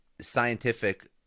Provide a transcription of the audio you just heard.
scientific